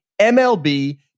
MLB